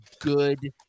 good